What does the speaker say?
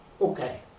Okay